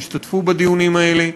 שהשתתפו בדיונים האלה,